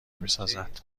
میسازد